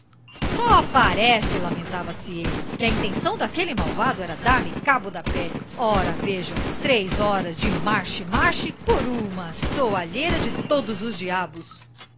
só parece lamentava-se ele que a intenção daquele malvado era dar-me cabo da pele ora vejam três horas de marche-marche por uma soalheira de todos os diabos